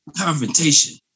confrontation